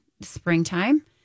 springtime